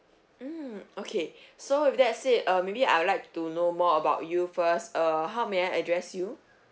mm okay so with that said uh maybe I would like to know more about you first uh how may I address you